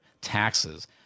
taxes